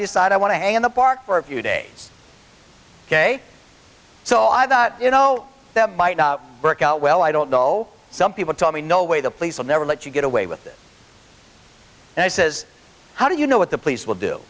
decide i want to hang in the park for a few days ok so i've got you know that might work out well i don't know some people tell me no way the police will never let you get away with this and i says how do you know what the police will do